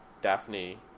Daphne